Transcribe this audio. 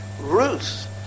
Ruth